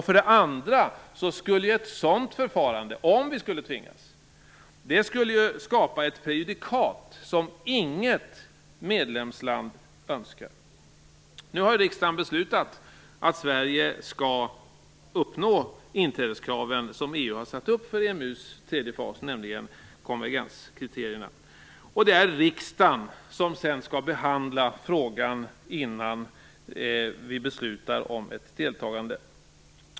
För det andra skulle ett sådant förfarande, om vi skulle tvingas till det, skapa ett prejudikat som inget medlemsland önskar. Riksdagen har beslutat att Sverige skall uppnå inträdeskraven som EU har satt upp för EMU:s tredje fas, nämligen konvergenskriterierna, och det är riksdagen som sedan skall behandla frågan innan vi fattar beslut om ett deltagande.